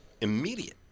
immediate